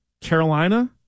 Carolina